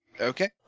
Okay